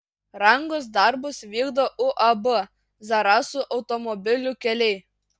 rangos darbus vykdo uab zarasų automobilių keliai